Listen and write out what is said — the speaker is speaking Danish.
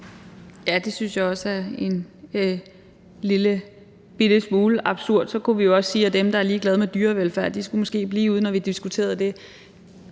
Ja, det synes jeg også er en lille bitte smule absurd. Så kunne vi jo også sige, at dem, der er ligeglade med dyrevelfærd, måske skulle blive ude, når vi diskuterede det